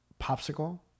popsicle